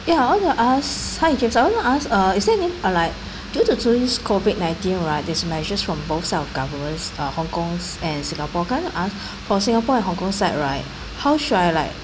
ya I want to ask hi K so I want to ask uh is there any uh like due to tourist COVID nineteen right this measures from both side of governments uh hong kong's and singapore can I ask for singapore and hong kong side right how should I like